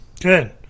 Good